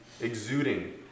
exuding